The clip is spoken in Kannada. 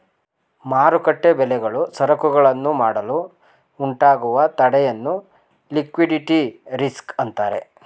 ಮಾರುಕಟ್ಟೆ ಬೆಲೆಗಳು ಸರಕುಗಳನ್ನು ಮಾಡಲು ಉಂಟಾಗುವ ತಡೆಯನ್ನು ಲಿಕ್ವಿಡಿಟಿ ರಿಸ್ಕ್ ಅಂತರೆ